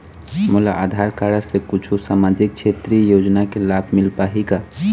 मोला आधार कारड से कुछू सामाजिक क्षेत्रीय योजना के लाभ मिल पाही का?